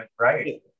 right